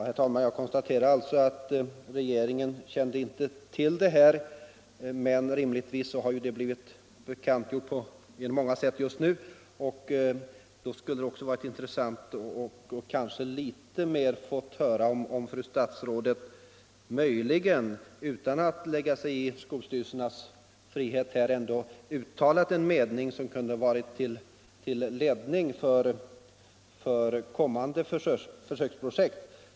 Herr talman! Jag konstaterar att regeringen inte kände till projektets utformning, men det har nu blivit bekantgjort på många olika sätt. Det skulle ha varit intressant om fru statsrådet, utan att lägga sig i skolstyrelsernas frihet på detta område, hade uttalat en mening som kunnat vara till ledning för kommande projekt.